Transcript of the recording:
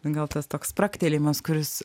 gal tas toks spragtelėjimas kuris